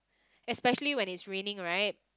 especially when it's raining right